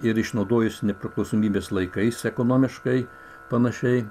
ir išnaudojo nepriklausomybės laikais ekonomiškai panašiai